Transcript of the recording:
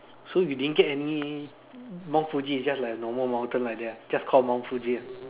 so you didn't get any Mount Fuji is just like a normal mountain like that just called Mount Fuji lah